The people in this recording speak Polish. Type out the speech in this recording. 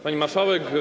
Pani Marszałek!